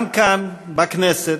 גם כאן, בכנסת,